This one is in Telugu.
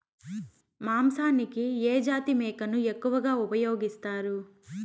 మాంసానికి ఏ జాతి మేకను ఎక్కువగా ఉపయోగిస్తారు?